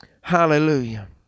Hallelujah